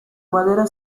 madera